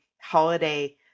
holiday